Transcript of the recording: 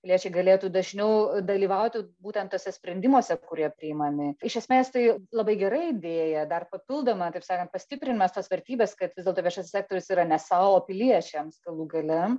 piliečiai galėtų dažniau dalyvauti būtent tuose sprendimuose kurie priimami iš esmės tai labai gera idėja dar papildoma taip sakant pastiprinamos tos vertybės kad vis dėlto viešasis sektorius yra ne sau piliečiams galų gale